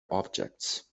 objects